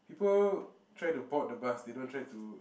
people try to board the bus they don't try to